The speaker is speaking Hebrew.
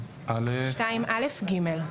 הגבלה על צלילת היכרות 2א. (ג)